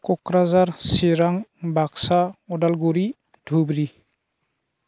Kokrajhar Chirang Baksa Udalguri Dhubri